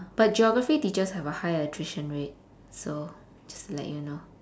but geography teachers have a high attrition rate so just to let you know